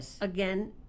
again